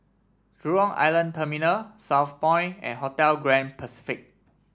Jurong Island Terminal Southpoint and Hotel Grand Pacific